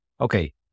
okay